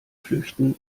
flüchten